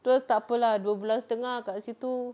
so tak apa lah dua bulan setengah kat situ